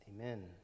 amen